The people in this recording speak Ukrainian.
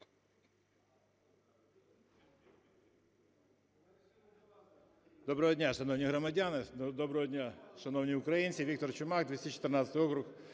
Доброго дня, шановні громадяни, доброго дня, шановні українці. Віктор Чумак, 214 виборчий